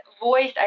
voice